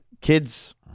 kids